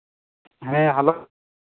ᱦᱮᱸ ᱦᱮᱞᱳ